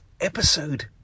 episode